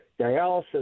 dialysis